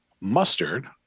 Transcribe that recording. mustard